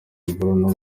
imvururu